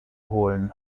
holen